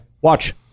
watch